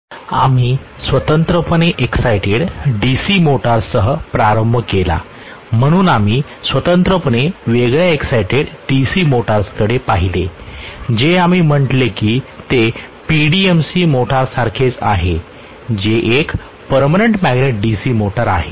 आम्ही स्वतंत्रपणे excited DC मोटर्ससह प्रारंभ केला म्हणून आम्ही स्वतंत्रपणे वेगळ्या एक्सायटेड DC मोटर्सकडे पाहिले जे आम्ही म्हटले की ते PDMC मोटरसारखेच आहे जे एक परमानेंट मॅग्नेट DC मोटर आहे